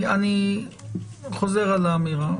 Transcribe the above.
אני חוזר על האמירה,